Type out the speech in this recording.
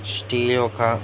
steel యొక్క